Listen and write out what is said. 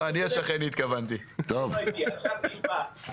אני אומר להם: אני מאחל לכם שאתם תהיו ואני